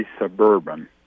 Suburban